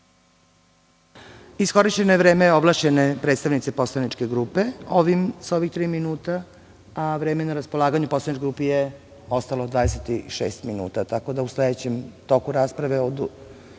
Iskorišćeno je vreme ovlašćene predstavnice poslaničke grupe sa ovih tri minuta, a vreme na raspolaganju poslaničkoj grupi je ostalo 26 minuta, tako da u sledećem toku rasprave